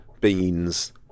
beans